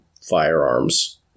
firearms